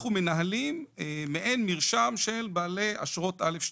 אנחנו מנהלים מעין מרשם של בעלי אשרות א/2,